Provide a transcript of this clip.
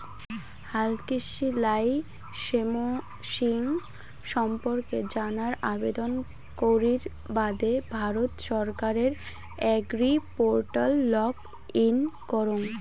হালকৃষি লাইসেমসিং সম্পর্কে জানার আবেদন করির বাদে ভারত সরকারের এগ্রিপোর্টাল লগ ইন করঙ